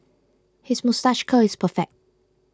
his moustache curl is perfect